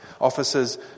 Officers